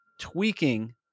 tweaking